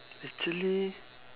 actually